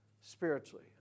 spiritually